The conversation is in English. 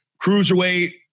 cruiserweight